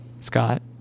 Scott